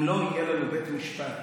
אם לא יהיה לנו בית משפט